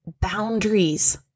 boundaries